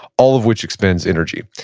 all of which expends energy.